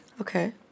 Okay